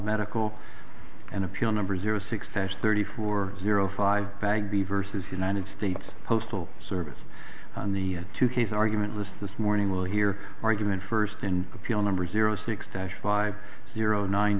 medical and appeal number zero six thirty four zero five bagby versus united states postal service on the two case argument list this morning will hear argument first in appeal number zero six dash five zero nine